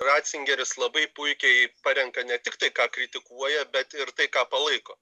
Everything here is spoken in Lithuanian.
racingeris labai puikiai parenka ne tik tai ką kritikuoja bet ir tai ką palaiko